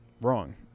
Wrong